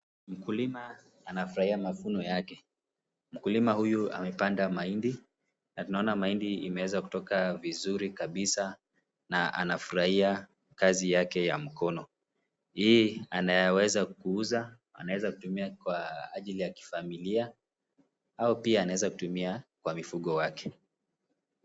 Mkulima anafurahia mavuno yake ,mkulima huyu amapanda mahindi na tunaona mahindi imeweza kutoka vizuri kabisa na tunaona anafurahia kazi yake ya mkono hii anayaweza kuuza anayaweza kutumia Kwa ajili ya kifamilia au pia Kwa mifugo wake